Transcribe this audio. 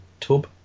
tub